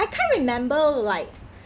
I can't remember like